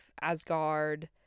Asgard